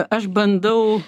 aš bandau